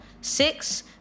Six